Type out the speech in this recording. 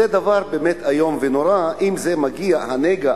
זה דבר איום ונורא, אם זה מגיע, הנגע